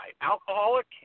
Alcoholic